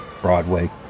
Broadway